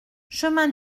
chemin